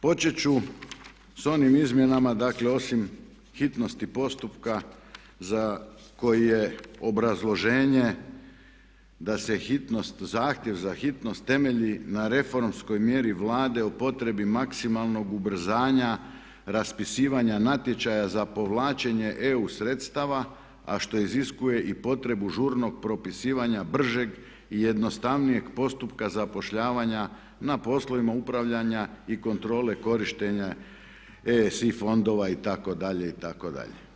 Počet ću s onim izmjenama dakle osim hitnosti postupka za koji je obrazloženje da se zahtjev za hitnost temelji na reformskoj mjeri Vlade o potrebi maksimalnog ubrzanja raspisivanja natječaja za povlačenje EU sredstava a što iziskuje i potrebu žurnog propisivanja, bržeg i jednostavnijeg postupka zapošljavanja na poslovima upravljanja i kontrole korištenja EU fondova itd., itd.